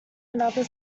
another